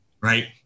right